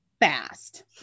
Fast